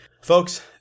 Folks